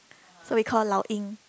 so we call her Lao-Ying